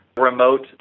remote